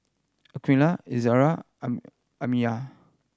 Aqeelah Izzara and Amsyar